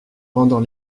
pendant